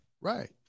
Right